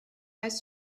pas